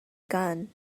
gun